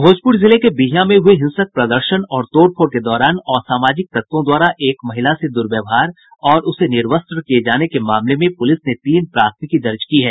भोजपूर जिले के बिहियां में हुये हिंसक प्रदर्शन और तोड़ फोड़ के दौरान असामाजिक तत्वों द्वारा एक महिला से दुर्व्यवहार और उसे निर्वस्त्र किये जाने के मामले में पुलिस ने तीन प्राथमिकी दर्ज की है